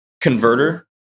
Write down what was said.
converter